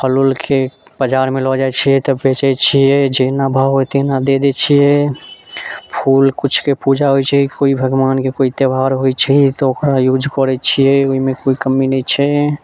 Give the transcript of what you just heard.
फल ओलके बजारमे लऽ जाइत छियै तब बेचैत छियै जहिना भाव अइ तहिना दे दय छियै फूल किछुके पूजा होइत छै कोइ भगवानके कोइ त्यौहार होइत छै तऽ ओकरा यूज करैत छियै एहिमे कोइ कमी नहि छै